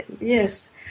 yes